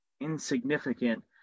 insignificant